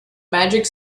magic